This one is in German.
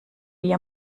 wie